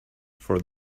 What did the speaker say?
for